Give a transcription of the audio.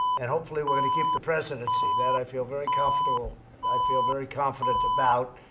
and hopefully we're going to keep the presidency. that, i feel very comfortable i feel very confident about.